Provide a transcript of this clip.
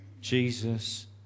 Jesus